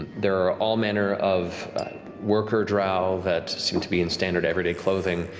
there are all manner of worker drow that seem to be in standard, everyday clothing,